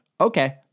okay